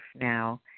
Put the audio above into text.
now